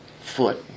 foot